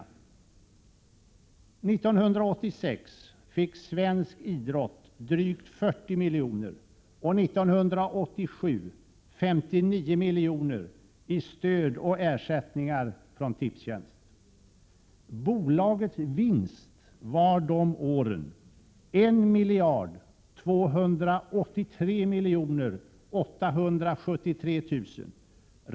År 1986 fick svensk idrott drygt 40 milj.kr. och 1987 59 milj.kr. i stöd och ersättningar från Tipstjänst. Bolagets vinst var dessa år 1 283 872 000 kr.